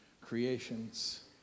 creations